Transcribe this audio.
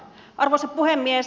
arvoisa puhemies